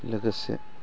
लोगोसे